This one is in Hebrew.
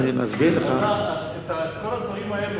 כל הדברים האלה,